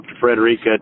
Frederica